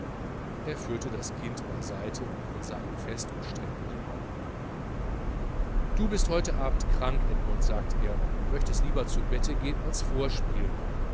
er führte das kind beiseite und sah ihm fest und streng in die augen du bist heute abend krank edmund sagte er und möchtest lieber zu bette gehen als vorspielen